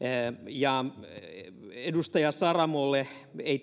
ja edustaja saramolle ei